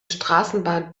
straßenbahn